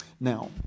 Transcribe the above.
Now